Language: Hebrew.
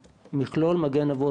מכלול "מגן אבות",